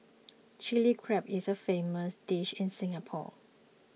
Chilli Crab is a famous dish in Singapore